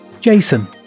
Jason